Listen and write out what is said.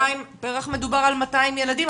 פר"ח מדובר על 200 ילדים.